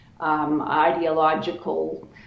ideological